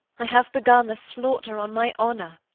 i have begun a slaughter on my honour,